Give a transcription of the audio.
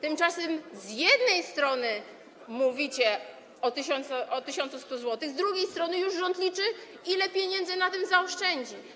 Tymczasem z jednej strony mówicie o 1100 zł, z drugiej strony już rząd liczy, ile pieniędzy na tym zaoszczędzi.